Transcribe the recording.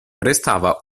restava